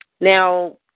Now